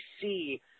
see